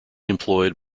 employed